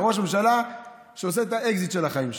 ראש ממשלה שעושה את האקזיט של החיים שלו.